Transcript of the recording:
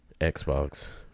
Xbox